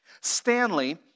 Stanley